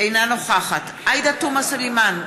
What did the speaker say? אינה נוכחת עאידה תומא סלימאן,